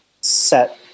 set